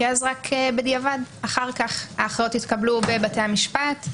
כי אז רק בדיעבד אחר כך ההכרעות יתקבלו בבתי המשפט,